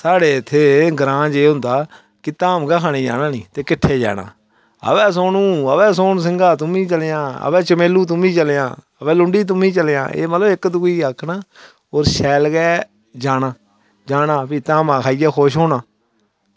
साढ़े इत्थें ग्रांऽ जे होंदा कि धाम गै खाने गी जाना निं किट्ठे जाना अबे सोनू अबे सोहन सिंह तुम्मी चलेआं अबे चमेलू तुम्मी चलेआं एह् लुंडी तुम्मी चलेआं इयै कि इक्क दूऐ गी आक्खना होर शैल गै जाना भी धामां खाइयै खुश होना आं